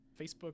Facebook